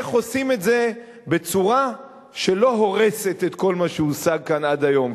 איך עושים את זה בצורה שלא הורסת את כל מה שהושג כאן עד היום.